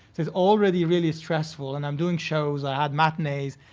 it was already really stressful, and i'm doing shows, i had matinees.